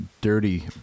dirty